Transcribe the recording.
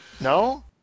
No